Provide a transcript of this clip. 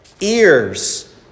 ears